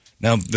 Now